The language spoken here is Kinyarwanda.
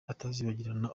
atazibagirana